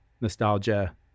nostalgia